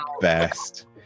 best